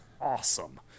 awesome